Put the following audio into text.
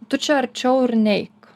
tu čia arčiau ir neik